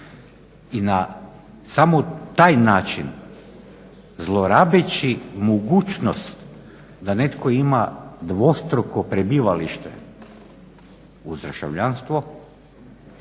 I na samo taj način zlorabeći mogućnost da netko ima dvostruko prebivalište uz državljanstvo